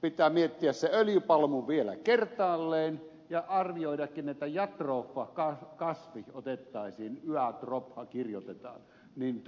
pitää miettiä se öljypalmu vielä kertaalleen ja arvioidakinita ja groupa kaikki kasvit otettaisiin ja arvioidakin miten